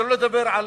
שלא לדבר על